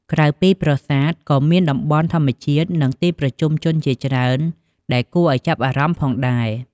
ក្រៅពីប្រាសាទ ក៏មានតំបន់ធម្មជាតិ និងទីប្រជុំជនជាច្រើនដែលគួរឲ្យចាប់អារម្មណ៍ផងដែរ។